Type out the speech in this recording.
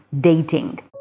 dating